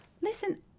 listen